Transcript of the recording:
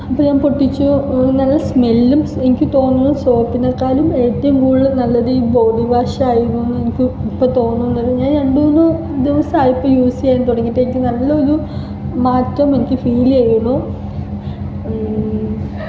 അപ്പോൾ ഞാന് പൊട്ടിച്ചു നല്ല സ്മെല്ലും എനിക്ക് തോന്നുന്നു സോപ്പിനെക്കാളും ഏറ്റവും കൂടുതല് നല്ലത് ബോഡി വാഷ് ആയിരുന്നു എന്ന് എനിക്ക് ഇപ്പോൾ തോന്നുന്നു ഞാന് രണ്ട് മൂന്ന് ദിവസമായിപ്പോൾ യൂസ് ചെയ്യാന് തുടങ്ങിയിട്ട് ഇത് നല്ലൊരു മാറ്റം എനിക്ക് ഫീൽ ചെയ്യുന്നു